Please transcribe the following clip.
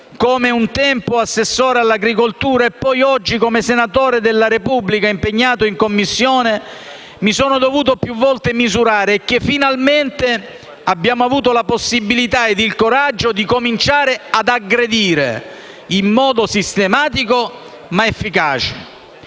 poi come assessore all'agricoltura e oggi come senatore della Repubblica impegnato in Commissione, mi sono dovuto più volte misurare e che finalmente abbiamo avuto la possibilità ed il coraggio di cominciare ad aggredire in modo sistematico ed efficace.